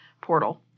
portal